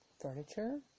furniture